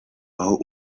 aho